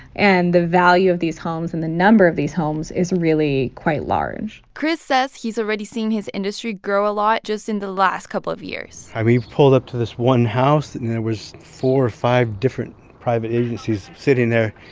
and the value of these homes and the number of these homes is really quite large kris says he's already seen his industry grow a lot just in the last couple of years we pulled up to this one house, and there was four or five different private agencies sitting there.